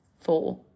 four